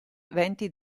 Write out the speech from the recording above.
venti